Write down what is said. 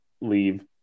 leave